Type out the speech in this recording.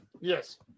Yes